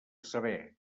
saber